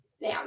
Now